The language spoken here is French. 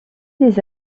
des